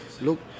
look